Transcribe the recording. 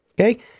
okay